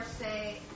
say